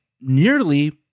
nearly